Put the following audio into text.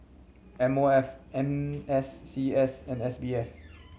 M O F N S C S and S B F